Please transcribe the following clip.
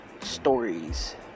stories